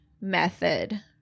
method